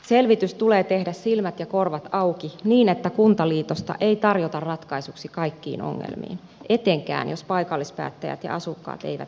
selvitys tulee tehdä silmät ja korvat auki niin että kuntaliitosta ei tarjota ratkaisuksi kaikkiin ongelmiin etenkään jos paikallispäättäjät ja asukkaat eivät niitä halua